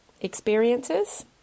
experiences